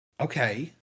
Okay